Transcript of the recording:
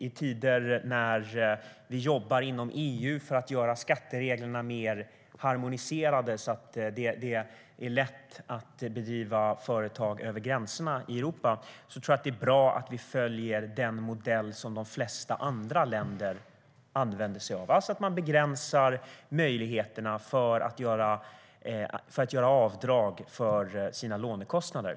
I tider när vi jobbar inom EU för att göra skattereglerna mer harmoniserade, så att det är lätt att bedriva företag över gränserna i Europa, tror jag att det är bra att vi följer den modell som de flesta andra länder använder sig av, alltså att man begränsar möjligheterna att göra avdrag för sina lånekostnader.